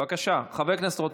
חבר הכנסת רוטמן,